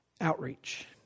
outreach